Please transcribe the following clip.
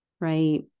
Right